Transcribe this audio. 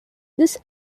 this